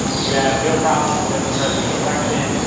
you had real problems with the presidential election,